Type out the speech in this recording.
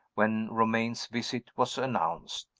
when romayne's visit was announced.